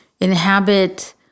Inhabit